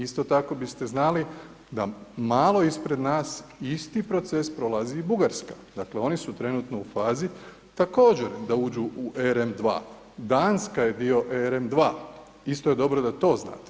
Isto tako biste znali da malo ispred nas isti proces prolazi i Bugarska, dakle oni su trenutno u fazi također da uđu u RN 2, Danska je dio RN 2, isto je dobro da to znate.